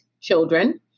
children